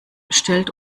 stellt